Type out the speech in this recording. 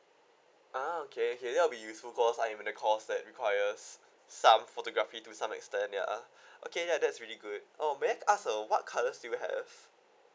ah okay okay that will be useful cause I am in the course that requires some photography to some extent ya okay ya that's really good oh may I ask uh what colors do you have